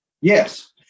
yes